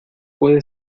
puede